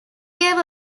gave